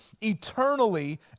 eternally